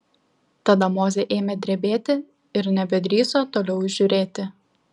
tada mozė ėmė drebėti ir nebedrįso toliau žiūrėti